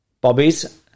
Bobby's